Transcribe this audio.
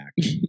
back